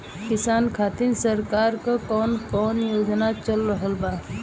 किसान खातिर सरकार क कवन कवन योजना चल रहल बा?